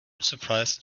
surprised